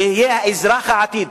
שיהיה אזרח העתיד,